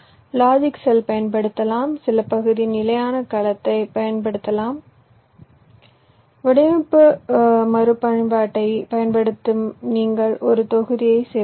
logic cell பயன்படுத்தலாம் சில பகுதி நிலையான கலத்தைப் பயன்படுத்தலாம் வடிவமைப்பு மறுபயன்பாட்டைப் பயன்படுத்தி நீங்கள் ஒரு தொகுதியை சேர்க்கலாம்